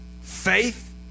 Faith